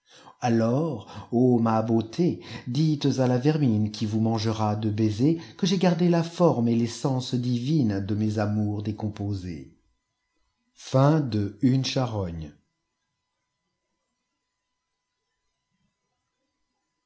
alors ô ma beauté dites à la vermine qui vous mangera de baisers que j'ai gardé la forme et l'essence divine de mes amours décomposés i xxxi